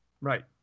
Right